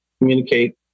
communicate